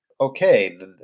okay